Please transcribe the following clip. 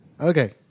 Okay